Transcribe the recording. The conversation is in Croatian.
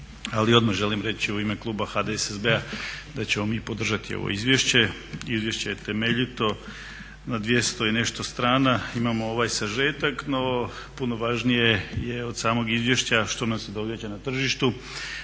ali odmah želim reći u ime kluba HDSSB-a da ćemo mi podržati ovo izvješće. Izvješće je temeljito na 200 i nešto strana. Imamo ovaj sažetak, no puno važnije je od samog izvješća što nam se događa na tržištu,